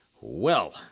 Well